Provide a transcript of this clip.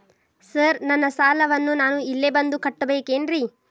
Sir ನನ್ನ ಸಾಲವನ್ನು ನಾನು ಇಲ್ಲೇ ಬಂದು ಕಟ್ಟಬೇಕೇನ್ರಿ?